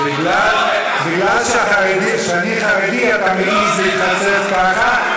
בגלל שאני חרדי אתה מעז להתחצף ככה,